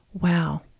Wow